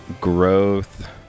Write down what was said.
growth